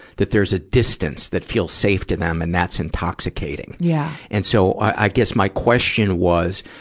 that there's a distance that feels safe to them and that's intoxicating. yeah and so, i guess my question was,